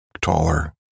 taller